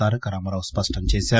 తారక రామారావు స్పష్టం చేశారు